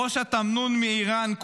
ראש התמנון מאיראן,